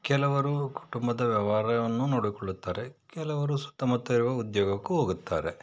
ಕೆಲವರು ಕುಟುಂಬದ ವ್ಯವ್ಹಾರವನ್ನೂ ನೋಡಿಕೊಳ್ಳುತ್ತಾರೆ ಕೆಲವರು ಸುತ್ತಮುತ್ತ ಇರುವ ಉದ್ಯೋಗಕ್ಕೂ ಹೋಗುತ್ತಾರೆ